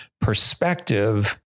perspective